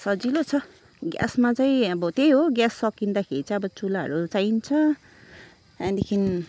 सजिलो छ ग्यासमा चाहिँ अब त्यही हो ग्यास सकिँदाखेरि चाहिँ अब चुलाहरू चाहिन्छ त्यहाँदेखि